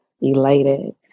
elated